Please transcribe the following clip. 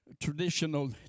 traditional